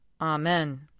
Amen